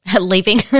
Leaving